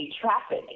traffic